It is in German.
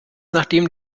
nachdem